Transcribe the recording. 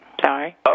Sorry